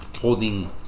holding